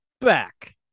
Back